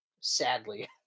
Sadly